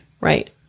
Right